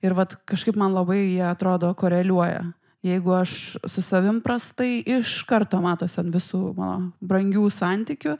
ir vat kažkaip man labai jie atrodo koreliuoja jeigu aš su savim prastai iš karto matosi ant visų mano brangių santykių